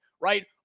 right